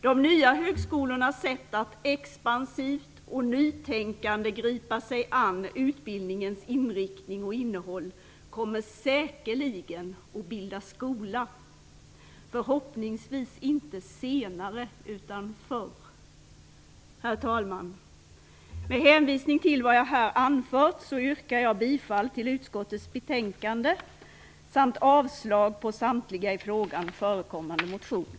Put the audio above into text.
De nya högskolornas sätt att expansivt och nytänkande gripa sig an utbildningens inriktning och innehåll kommer säkerligen att bilda skola, förhoppningsvis inte senare utan förr. Herr talman! Med hänvisning till vad jag här anfört yrkar jag bifall till utskottets hemställan samt avslag på samtliga i frågan förekommande motioner.